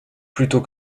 plutôt